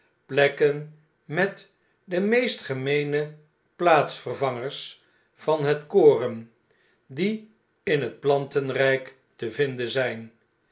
plekken met de meest gemeene plaatsvervangers van het koren die in het plantenrp te vinden zijn